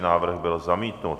Návrh byl zamítnut.